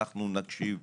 אנחנו נקשיב.